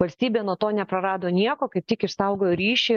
valstybė nuo to neprarado nieko kaip tik išsaugojo ryšį